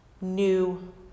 new